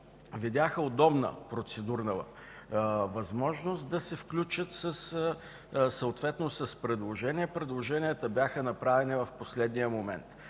видяха удобна процедурна възможност да се включат съответно с предложения, които бяха направени в последния момент.